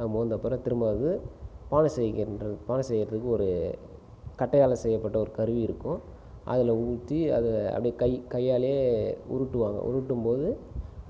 அதை மோர்ந்த பிறகு திரும்ப வந்து பானை செய்கின்ற பானை செய்கிறதுக்கு ஒரு கட்டையால் செய்யப்பட்ட ஒரு கருவி இருக்கும் அதில் ஊற்றி அதை அப்படியே கை கையாலேயே உருட்டுவாங்க உருட்டும்போது